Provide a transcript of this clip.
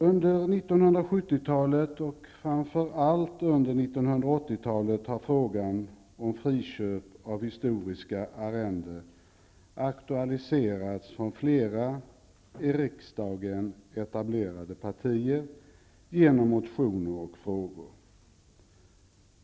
Under 1970-talet och framför allt under 1980-talet har frågan om friköp av historiska arrenden aktualiserats av flera i riksdagen etablerade partier genom motioner och frågor.